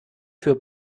für